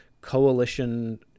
coalition